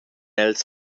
els